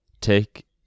take